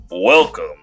Welcome